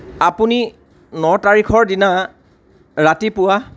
আপুনি ন তাৰিখৰ দিনা ৰাতিপুৱা